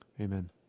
Amen